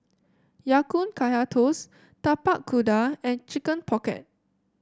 Ya Kun Kaya Toast Tapak Kuda and Chicken Pocket